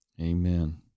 Amen